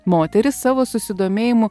moteris savo susidomėjimu